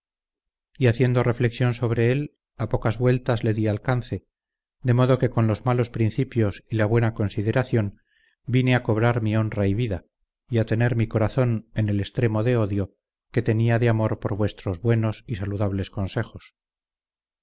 y haciendo reflexión sobre él a pocas vueltas le dí alcance de modo que con los malos principios y la buena consideración vine a cobrar mi honra y vida y a tener mi corazón en el extremo de odio que tenía de amor por vuestros buenos y saludables consejos